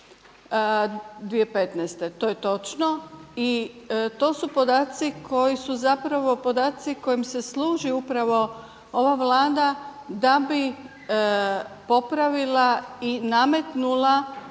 podaci koji su zapravo podaci kojima se služi upravo ova Vlada da bi popravila i nametnula